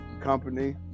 company